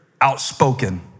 outspoken